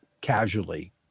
casually